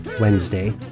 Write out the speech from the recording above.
Wednesday